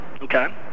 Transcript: okay